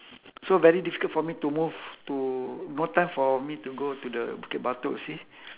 so very difficult for me to move to no time for me to go to the bukit batok see